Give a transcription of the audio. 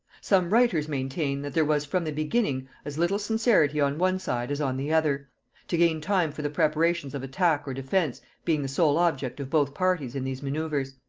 some writers maintain, that there was, from the beginning, as little sincerity on one side as on the other to gain time for the preparations of attack or defence, being the sole object of both parties in these manoeuvres.